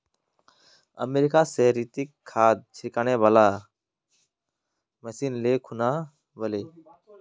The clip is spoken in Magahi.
अमेरिका स रितिक खाद छिड़कने वाला मशीन ले खूना व ले